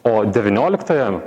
o devynioliktajam